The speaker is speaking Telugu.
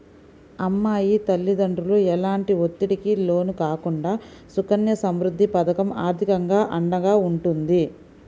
అమ్మాయి తల్లిదండ్రులు ఎలాంటి ఒత్తిడికి లోను కాకుండా సుకన్య సమృద్ధి పథకం ఆర్థికంగా అండగా ఉంటుంది